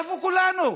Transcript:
איפה כולנו?